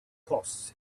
costs